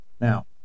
Now